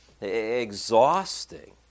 exhausting